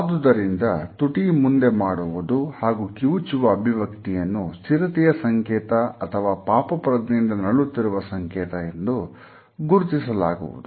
ಆದುದರಿಂದ ತುಟಿ ಮುಂದು ಮಾಡುವುದು ಹಾಗೂ ಕಿವುಚುವ ಅಭಿವ್ಯಕ್ತಿಯನ್ನು ಸ್ಥಿರತೆಯ ಸಂಕೇತ ಅಥವಾ ಪಾಪಪ್ರಜ್ಞೆಯಿಂದ ನರಳುತ್ತಿರುವ ಸಂಕೇತ ಎಂದು ಗುರುತಿಸಲಾಗುವುದು